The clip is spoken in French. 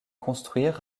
construire